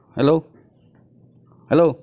hello hello